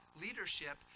leadership